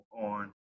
on